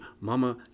Mama